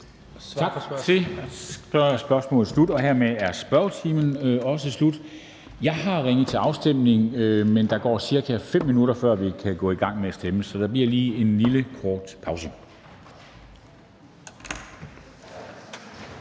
det. Så er spørgsmålet slut. Hermed er spørgetimen også slut. Jeg har ringet til afstemning, men der går ca. 5 minutter, før vi kan gå i gang med at stemme. Så der bliver lige en lille kort pause.